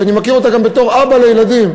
שאני מכיר אותה גם בתור אבא לילדים,